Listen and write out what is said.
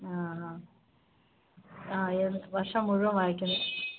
ആ ഹാ ആ ഏത് വര്ഷം മുഴുവന് വാങ്ങിക്കുന്നത്